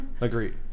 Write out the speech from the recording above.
Agreed